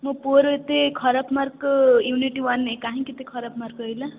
ମୋ ପୁଅର ଏତେ ଖରାପ ମାର୍କ୍ ୟୁନିଟ୍ ୱାନ୍ରେ କାହିଁକି ଏତେ ଖରାପ ମାର୍କ୍ ରହିଲା